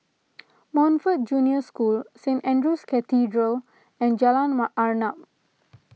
Montfort Junior School Saint andrew's Cathedral and Jalan Arnap